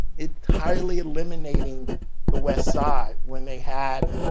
entirely eliminating the west side when they had